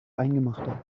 eingemachte